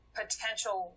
potential